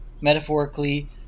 metaphorically